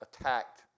attacked